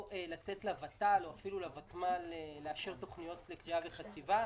או לתת לוות"ל או לוותמ"ל לאשר תוכניות לכרייה וחציבה.